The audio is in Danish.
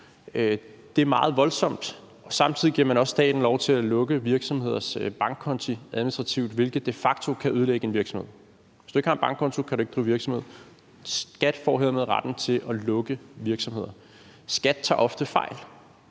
Det er meget voldsomt. Samtidig giver man også staten lov til at lukke virksomheders bankkonti administrativt, hvilket de facto kan ødelægge en virksomhed. Hvis du ikke har en bankkonto, kan du ikke drive virksomhed. Skattevæsenet får hermed retten til at lukke virksomheder. Skattevæsenet tager ofte fejl.